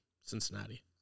Cincinnati